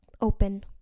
open